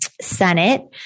Senate